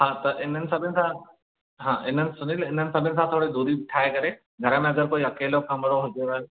हा त इन्हनि सभिनि खां हा इन्हनि सुनील इन्हनि सभिनि खां थोरी दूरी ठाहे करे घर में अगरि कोई अकेलो कमिरो हुजेव